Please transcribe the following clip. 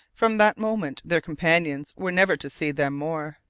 from that moment their companions were never to see them more.